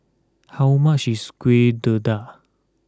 how much is Kuih Dadar